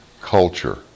culture